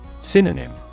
Synonym